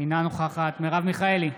אינה נוכחת מרב מיכאלי,